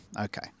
Okay